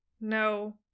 no